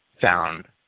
found